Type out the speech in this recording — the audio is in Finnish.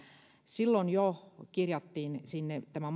vaalirahoitusta antaa jo silloin kirjattiin sinne tämä